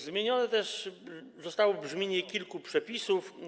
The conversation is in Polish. Zmienione też zostało brzmienie kilku przepisów.